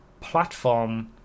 platform